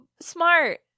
smart